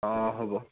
অঁ হ'ব